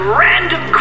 random